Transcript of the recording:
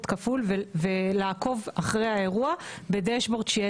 כפול ולעקוב אחרי האירוע בדשבורד שיהיה אצלנו.